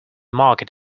market